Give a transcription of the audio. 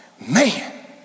man